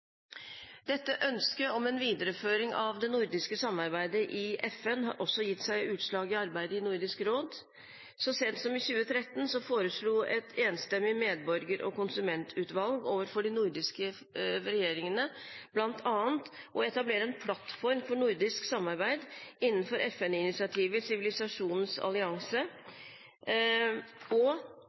Dette ønsket om en videreføring av det nordiske samarbeidet i FN har også gitt seg utslag i arbeidet i Nordisk Råd. Så sent som i 2013 foreslo et enstemmig medborger- og forbrukerutvalg overfor de nordiske regjeringene bl.a. å etablere en plattform for nordisk samarbeid innenfor FN-initiativet Sivilisasjonenes allianse. Nordisk Råd besluttet videre å delta som medlem i FN-initiativet Sivilisasjonenes allianse,